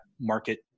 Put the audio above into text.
market